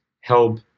help